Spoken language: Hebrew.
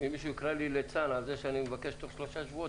אם מישהו יקרא לי ליצן על זה שאני מבקש תוך שלושה שבועות,